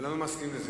כולנו מסכימים לזה.